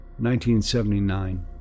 1979